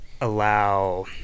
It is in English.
allow